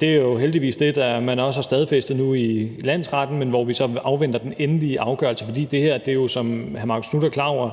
Det er jo heldigvis det, man har stadfæstet i landsretten, men vi afventer den endelige afgørelse. For som hr. Marcus Knuth er klar over, er